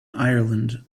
ireland